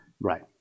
Right